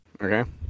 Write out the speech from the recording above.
okay